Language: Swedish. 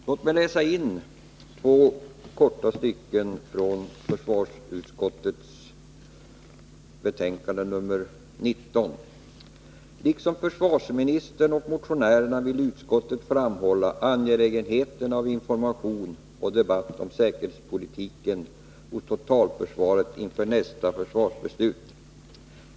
Låt mig läsa in två korta stycken från försvarsutskottets betänkande nr 19: ”Liksom försvarsministern och motionärerna vill utskottet framhålla angelägenheten av information och debatt om säkerhetspolitiken och 65 totalförsvaret inför nästa försvarsbeslut.